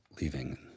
leaving